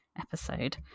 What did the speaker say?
episode